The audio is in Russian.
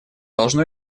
должно